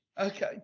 Okay